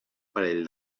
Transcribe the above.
parell